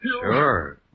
Sure